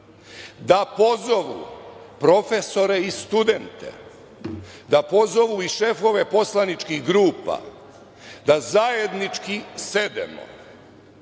da pozovu profesore i studente, da pozovu i šefove poslaničkih grupa da zajednički sednemo,